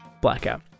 Blackout